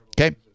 Okay